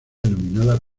denominada